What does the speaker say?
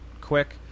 quick